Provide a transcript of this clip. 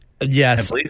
Yes